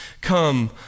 come